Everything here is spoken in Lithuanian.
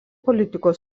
politikos